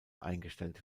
eingestellt